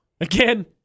Again